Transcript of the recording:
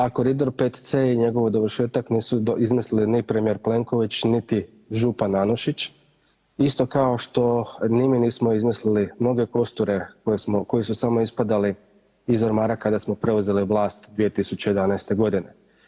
A koridor 5C i njegov dovršetak nisu izmislili ni premijer Plenković niti župan Anušić, isto kao što ni mi nismo izmislili mnoge kosture koji su samo ispadali iz ormara kada smo preuzeli vlast 2011. godine.